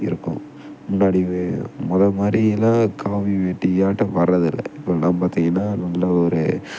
இருக்கும் முன்னாடி முத மாதிரிலாம் காவி வேட்டியாட்டம் வரது இல்லை இப்பெல்லாம் பார்த்திங்கன்னா நல்ல ஒரு